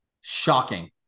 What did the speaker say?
Shocking